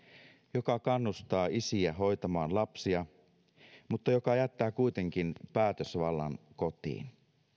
joka kannustaa isiä hoitamaan lapsia mutta joka jättää kuitenkin päätösvallan kotiin